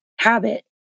habit